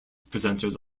presenters